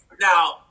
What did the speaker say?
now